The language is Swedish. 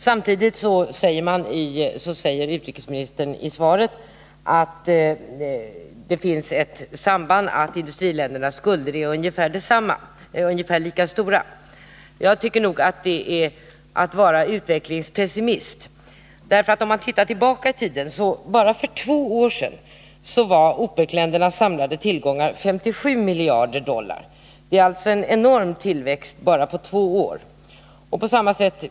Samtidigt säger utrikesministern att industriländernas skulder är ungefär lika stora, att det alltså finns ett samband där. Jag tycker att det är att vara utvecklingspessimist, för om man går tillbaka i tiden finner man att för bara två år sedan var OPEC-ländernas samlade tillgångar 57 miljarder dollar. Det har alltså skett en enorm tillväxt under bara två år.